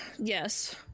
yes